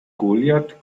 goliath